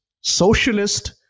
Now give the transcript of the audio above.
socialist